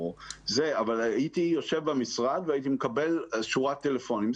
הייתי יושב במשרד והייתי מקבל שורת טלפונים.